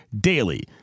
DAILY